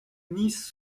nice